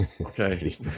Okay